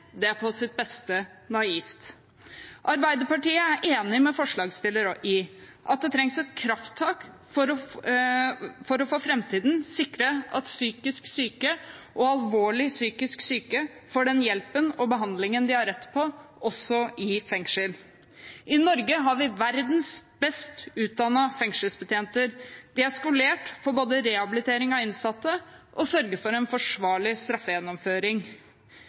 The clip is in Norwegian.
tilstrekkelig, er på sitt beste naivt. Arbeiderpartiet er enig med forslagsstillerne i at det trengs et krafttak for for framtiden å sikre at psykisk syke og alvorlig psykisk syke får den hjelpen og behandlingen de har rett på, også i fengsel. I Norge har vi verdens best utdannede fengselsbetjenter. De er skolert både for rehabilitering av innsatte og for å sørge for en forsvarlig straffegjennomføring.